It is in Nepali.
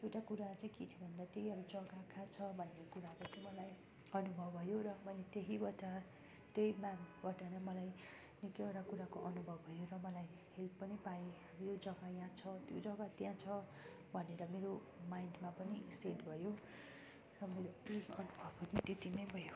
एउटा कुरा चाहिँ के थियो भन्दा त्यही जगा कहाँ छ भन्ने कुराको चाहिँ मलाई अनुभव भयो र मैले त्यहीँबाट त्यही म्याफबाट नै मलाई निकैवटा कुराको अनुभव भयो र मलाई हेल्प पनि पाएँ यो जगा यहाँ छ त्यो जगा त्यहाँ छ भनेर मेरो माइन्डमा पनि सेट भयो र मेरो यही अनुभवहरू त्यति नै भयो